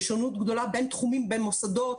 יש שונות גדולה בין תחומים במוסדות,